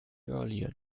earlier